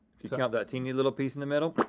if you count that teeny little piece in the middle,